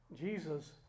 Jesus